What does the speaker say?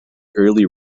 early